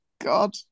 god